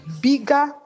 bigger